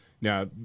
Now